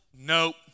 Nope